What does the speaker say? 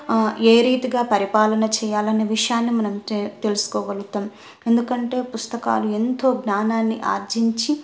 ఏ రీతిగా పరిపాలన చెయ్యాలన్న విషయాన్ని మనం తె తెలుసుకోగలుగుతాము ఎందుకంటే పుస్తకాలు ఎంతో జ్ఞానాన్ని ఆర్జించి